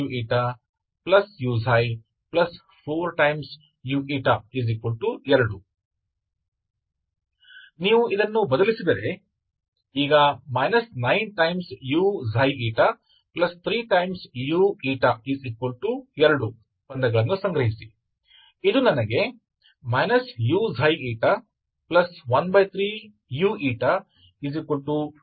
4uξξ2uξηuηη5 uξ ξ 5uξ η 4uηηuξ ξ 8uξ η16uηη uξ uuξ 4u2तो यह है कि यदि आप इसे प्रतिस्थापित करते हैं तो यह वही है जो अब बन गया है 9uξ η3u2 तो यह मुझे uξ η13u29 देता है